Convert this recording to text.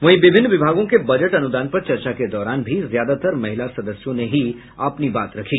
वहीं विभिन्न विभागों के बजट अनुदान पर चर्चा के दौरान भी ज्यादातार महिला सदस्यों ने ही अपनी बात रखी